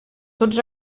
tots